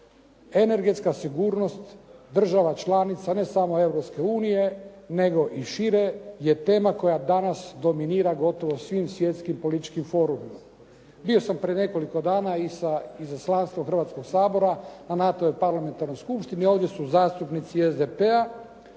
energetska sigurnost država članica ne samo Europske unije, nego i šire je tema koja danas dominira gotovo svim svjetskim političkim forumima. Bio sam prije nekoliko dana i sa izaslanstvom Hrvatskog sabora na NATO-voj parlamentarnoj skupštini. Ovdje su zastupnici SDP-a.